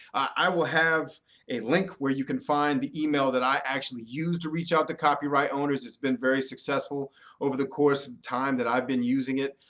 i will have a link where you can find the email that i actually use to reach out to copyright owners. it's been very successful over the course of time that i've been using it.